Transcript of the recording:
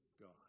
God